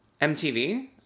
MTV